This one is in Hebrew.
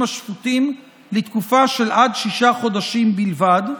השפוטים לתקופה של עד שישה חודשים בלבד,